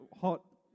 hot